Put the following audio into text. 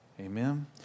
Amen